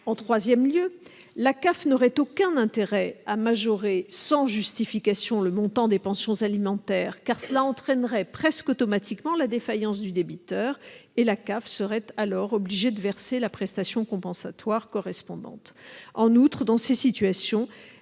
en troisième lieu, la CAF n'aurait aucun intérêt à majorer sans justification le montant des pensions alimentaires. Cela entraînerait presque automatiquement la défaillance du débiteur et la CAF serait alors obligée de verser la prestation compensatoire correspondante. En outre, dans ces situations,